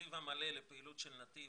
התקציב המלא לפעילות של נתיב